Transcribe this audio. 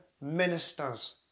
ministers